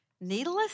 Needless